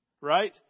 right